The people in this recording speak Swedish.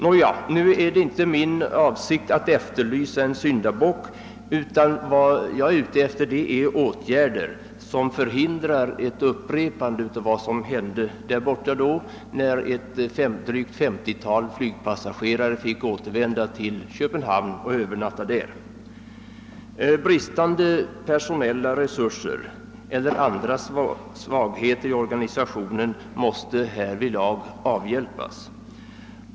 Nåja, nu är det inte min avsikt att efterlysa en syndabock, utan vad jag är ute efter är åtgärder som förhindrar ett upprepande av vad som hände när ett drygt femtiotal flygpassagerare fick återvända till Köpenhamn och övernatta där. Bristande personella resurser eller andra svagheter i organisationen måste avhjälpas.